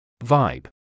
Vibe